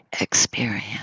experience